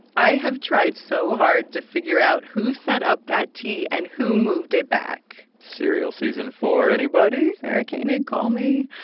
i have tried so hard to figure out who set up that tee and who moved it back serial season four, anybody? sarah koenig, call me.